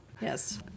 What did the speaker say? Yes